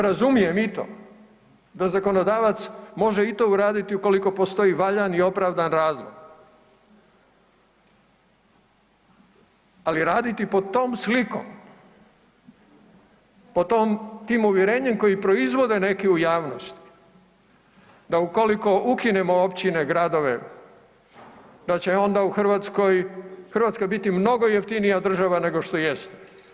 Razumijem i to da zakonodavac može i to uraditi ukoliko postoji valjan i opravdan razlog, ali raditi pod tom slikom pod tim uvjerenjem koji proizvode neki u javnosti da ukoliko ukinemo općine, gradove da će onda Hrvatska biti mnogo jeftinija država nego što jeste.